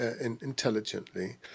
intelligently